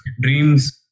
dreams